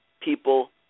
People